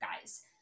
guys